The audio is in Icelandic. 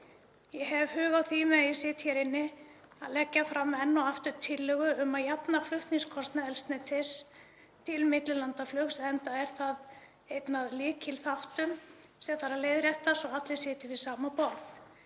Ég hef hug á því meðan ég sit hér inni að leggja enn og aftur fram tillögu um að jafna flutningskostnað eldsneytis til millilandaflugs, enda er það einn af lykilþáttum sem þarf að leiðrétta svo allir sitji við sama borð.